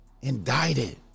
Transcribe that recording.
Indicted